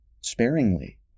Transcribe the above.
sparingly